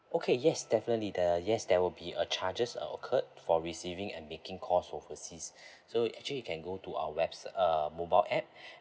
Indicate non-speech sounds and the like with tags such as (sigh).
okay yes definitely the yes there will be a charges occurred for receiving and making calls overseas (breath) so actually you can go to our website uh mobile app (breath)